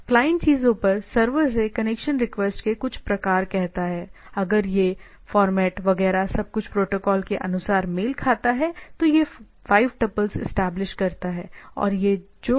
client चीजों पर server से कनेक्शन रिक्वेस्ट के कुछ प्रकार कहता है अगर यह फॉर्मेट वगैरह सब कुछ प्रोटोकॉल के अनुसार मेल खाता है तो यह 5 ट्यूपल एस्टेब्लिश करता है